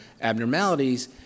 abnormalities